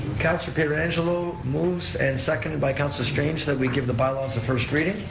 councilor pietrangelo moves and seconded by councilor strange that we give the bylaws a first reading,